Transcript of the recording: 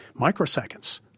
microseconds